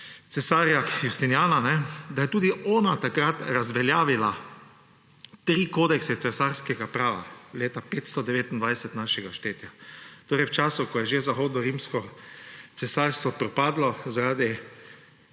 cesarja Justinijana, da je tudi ona takrat razveljavila tri kodekse cesarskega prava leta 529 našega štetja. Torej v času, ko je že zahodno rimsko cesarstvo propadlo zaradi